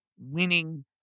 winning